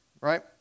Right